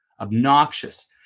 obnoxious